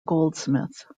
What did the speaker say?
goldsmith